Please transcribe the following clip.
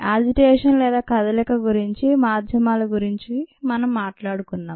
agitation లేదా కదలిక గురించి మాధ్యమాల గురించి మనం మాట్లాడుకున్నాం